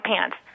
pants